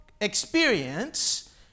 experience